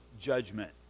judgment